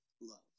love